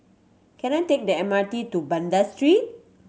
can I take the M R T to Banda Street